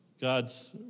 God's